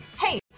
Hey